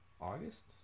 August